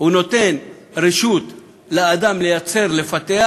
נותן רשות לאדם לייצר ולפתח,